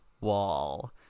Wall